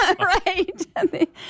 right